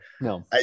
No